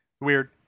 weird